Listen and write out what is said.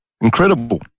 Incredible